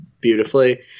beautifully